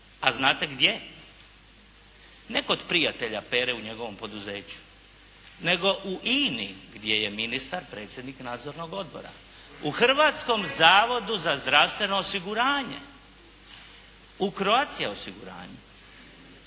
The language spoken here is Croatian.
A znate gdje? Ne kod prijatelja Pere, u njegovom poduzeću. Nego u INA-i gdje je ministar predsjednik nadzornog odbora. U Hrvatskom zavodu za zdravstveno osiguranje, u Croatia osiguranju.